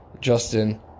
Justin